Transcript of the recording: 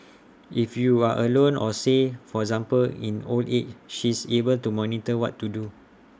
if you are alone or say for example in old age she is able to monitor what to do